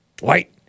White